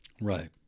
Right